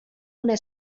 una